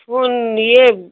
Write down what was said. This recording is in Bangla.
ফোন ইয়ে